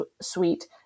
suite